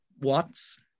watts